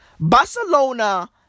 Barcelona